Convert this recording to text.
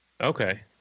Okay